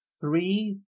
Three